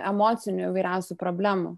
emocinių įvairiausių problemų